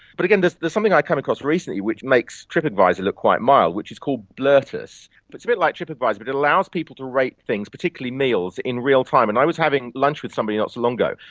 but again, there's something i came across recently which makes trip advisor looked quite mild which is called blurtus, but it's a bit like trip advisor but it allows people to rate things, particularly meals, in real time. and i was having lunch with somebody not long ago,